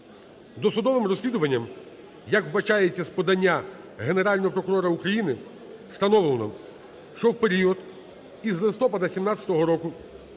Досудовим розслідуванням, як вбачається з подання Генерального прокурора України, встановлено, що в період із листопада 2017 року